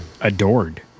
adored